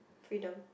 Freedom